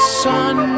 sun